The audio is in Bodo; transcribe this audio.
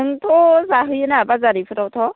नोंथ' जाहैनो ना बाजार बेफोरावथ'